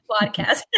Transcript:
podcast